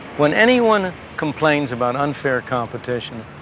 when anyone complains about unfair competition,